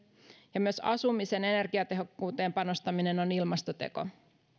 myös asumisen energiatehokkuuteen panostaminen on ilmastoteko